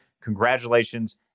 congratulations